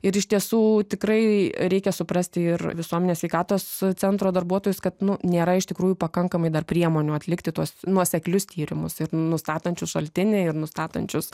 ir iš tiesų tikrai reikia suprasti ir visuomenės sveikatos centro darbuotojus kad nėra iš tikrųjų pakankamai dar priemonių atlikti tuos nuoseklius tyrimus nustatančius šaltinį ir nustatančius